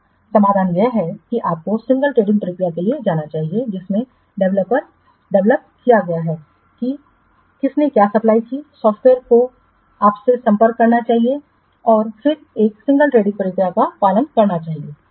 तो समाधान यह है कि आपको सिंगल टेंडरिंग प्रक्रिया के लिए जाना चाहिए जिसने डेवलप किया है कि किसने क्या सप्लाई की है सॉफ्टवेयर को आपसे संपर्क करना चाहिए कि इस सिंगल टेंडरिंग प्रक्रिया का पालन करना चाहिए